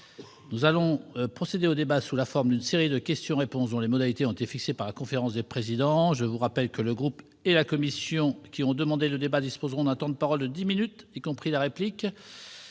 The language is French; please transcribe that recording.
Nous allons procéder au débat sous la forme d'une série de questions-réponses dont les modalités ont été fixées par la conférence des présidents. Je vous rappelle que le groupe et la commission qui ont demandé le débat disposeront d'un temps de parole de dix minutes, y compris la réplique,